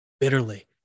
bitterly